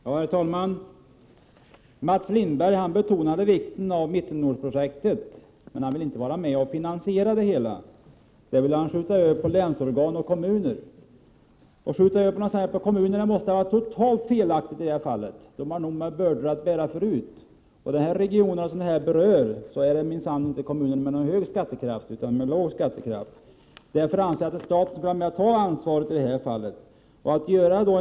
Herr talman! Mats Lindberg betonade vikten av Mittnordenprojektet. Men han vill inte vara med och finansiera det hela. Det ansvaret vill han skjuta över på länsorgan och kommuner. Men att skjuta över en sådan här sak på kommuner måste vara totalt felaktigt. Berörda kommuner har redan nog av bördor. De regioner som projektet berör har dessutom inte någon bra skattekraft. I stället är skattekraften dålig i dessa kommuner. Således anser jag att staten också skall ta ett ansvar här.